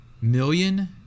million